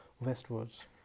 westwards